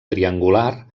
triangular